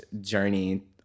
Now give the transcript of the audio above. journey